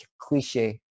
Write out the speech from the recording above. cliche